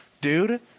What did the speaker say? Dude